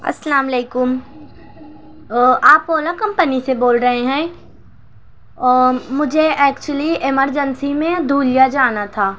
السلام علیکم آپ اولا کمپنی سے بول رہے ہیں مجھے ایکچولی ایمرجنسی میں دھولیا جانا تھا